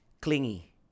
clingy